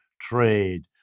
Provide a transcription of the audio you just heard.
trade